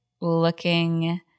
looking